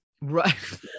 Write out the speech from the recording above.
Right